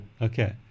Okay